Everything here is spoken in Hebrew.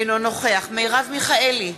אינו נוכח מרב מיכאלי,